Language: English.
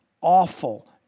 awful